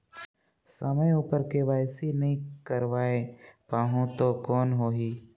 समय उपर के.वाई.सी नइ करवाय पाहुं तो कौन होही?